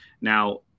Now